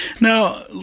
Now